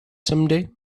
someday